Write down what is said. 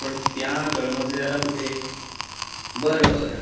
पण त्या तळमजल्याला कुठे बरं बरं